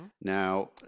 Now